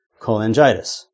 cholangitis